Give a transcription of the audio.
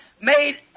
made